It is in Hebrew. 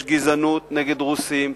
יש גזענות נגד רוסים,